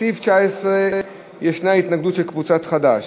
לסעיף 19 יש התנגדות של קבוצת חד"ש,